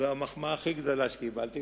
זו המחמאה הכי גדולה שקיבלתי ממך,